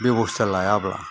बेब'स्था लायाब्ला